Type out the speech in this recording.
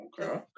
okay